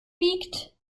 wiegt